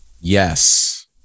Yes